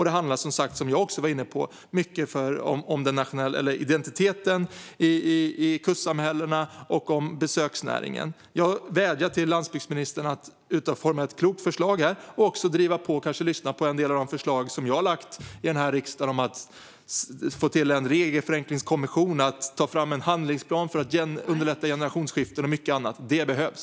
Det handlar som sagt också mycket om kustsamhällenas identitet och om besöksnäringen. Jag vädjar till landsbygdsministern att utforma ett klokt förslag och att kanske lyssna på och driva på en del av de förslag som jag har lagt fram i riksdagen om att få till en regelförenklingskommission, ta fram en handlingsplan för att underlätta generationsskifte och annat. Det behövs.